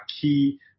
key